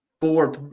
four